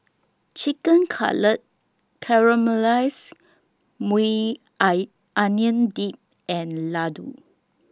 Chicken Cutlet Caramelized Maui Onion Dip and Ladoo